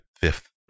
fifth